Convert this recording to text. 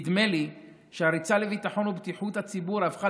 נדמה לי שהריצה לביטחון ובטיחות הציבור הפכה